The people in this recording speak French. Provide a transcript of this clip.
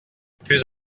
plus